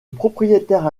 propriétaire